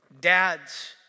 dads